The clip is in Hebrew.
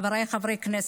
חבריי חברי הכנסת,